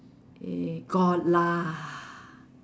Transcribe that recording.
eh got lah